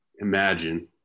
imagine